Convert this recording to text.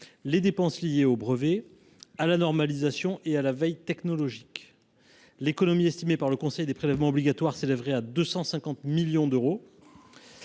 les dépenses liées aux brevets, à la normalisation et à la veille technologique. L’économie estimée par le Conseil des prélèvements obligatoires s’élèverait à 250 millions d’euros.